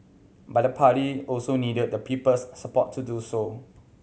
but the party also needed the people's support to do so